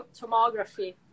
tomography